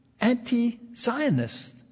anti-Zionist